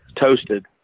Toasted